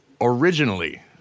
Originally